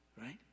right